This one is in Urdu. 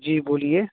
جی بولیے